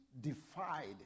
defied